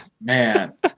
man